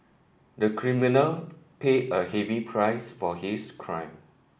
the criminal paid a heavy price for his crime